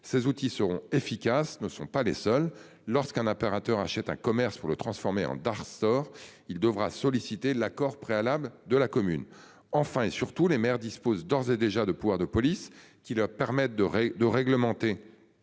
ces outils seront efficaces ne sont pas les seuls lorsqu'un appel Rather achète un commerce pour le transformer en dernière sort il devra solliciter l'accord préalable de la commune. Enfin et surtout, les mères dispose d'ores et déjà de pouvoir de police qui leur permettent de de réglementer.